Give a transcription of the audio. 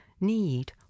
need